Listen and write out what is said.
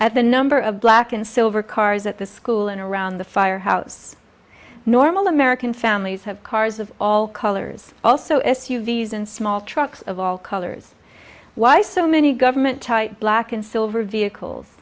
at the number of black and silver cars at the school and around the firehouse normal american families have cars of all colors also s u v s and small trucks of all colors why so many government tight black and silver vehicles